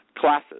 classes